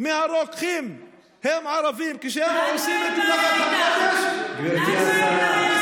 מהרוקחים הם ערבים, כשהם עושים, אין בעיה איתם.